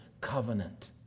covenant